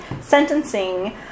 sentencing